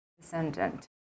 descendant